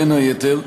בין היתר,